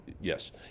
Yes